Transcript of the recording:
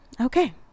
Okay